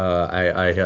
i